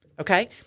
Okay